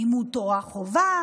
לימוד תורה חובה,